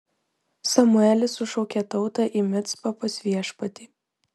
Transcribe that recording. samuelis sušaukė tautą į micpą pas viešpatį